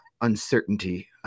Uncertainty